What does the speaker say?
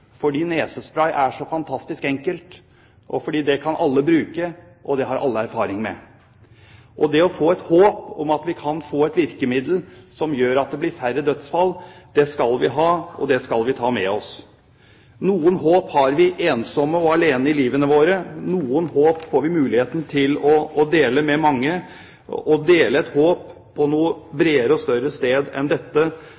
fordi nesespray er så fantastisk enkelt, fordi det kan alle bruke, og det har alle erfaringer med. Det å få et håp om at vi kan få et virkemiddel som gjør at det blir færre dødsfall, skal vi ha, og det skal vi ta med oss. Noen håp har vi ensomme og alene i livene våre. Noen håp får vi muligheten til å dele med mange. Å dele et håp på noe